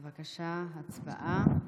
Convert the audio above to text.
בבקשה, הצבעה,